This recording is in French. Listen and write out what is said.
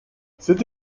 c’est